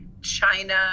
China